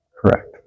Correct